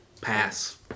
Pass